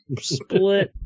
Split